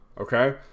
okay